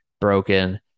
broken